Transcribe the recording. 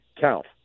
count